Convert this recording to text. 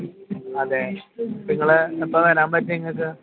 അതെ നിങ്ങൾ എപ്പോഴാണ് വരാൻ പറ്റുക നിങ്ങൾക്ക്